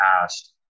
past